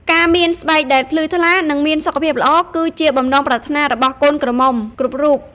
ការមានស្បែកដែលភ្លឺថ្លា និងមានសុខភាពល្អ គឺជាបំណងប្រាថ្នារបស់កូនក្រមុំគ្រប់រូប ។